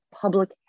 public